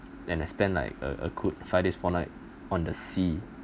then I spend like a a good five days four nights on the sea